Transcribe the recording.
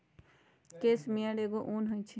case मेयर एगो उन होई छई